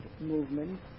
movement